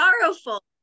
sorrowful